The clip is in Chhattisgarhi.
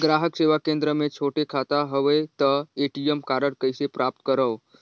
ग्राहक सेवा केंद्र मे छोटे खाता हवय त ए.टी.एम कारड कइसे प्राप्त करव?